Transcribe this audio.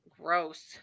Gross